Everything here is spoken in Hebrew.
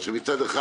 שמצד אחד